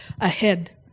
ahead